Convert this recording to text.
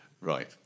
Right